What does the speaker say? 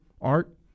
Art